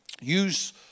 use